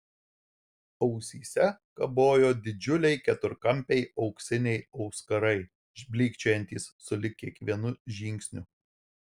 ausyse kabojo didžiuliai keturkampiai auksiniai auskarai blykčiojantys sulig kiekvienu žingsniu